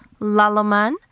Lalaman